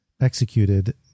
executed